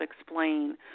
explain